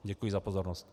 Děkuji za pozornost.